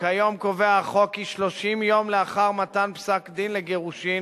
כיום קובע החוק כי 30 יום לאחר מתן פסק-דין לגירושין,